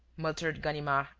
muttered ganimard,